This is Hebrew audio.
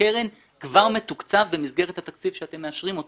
הקרן כבר מתוקצבת במסגרת התקציב שאתם מאשרים,